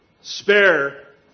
spare